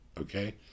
Okay